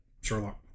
Sherlock